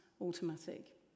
automatic